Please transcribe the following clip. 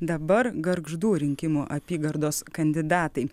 dabar gargždų rinkimų apygardos kandidatai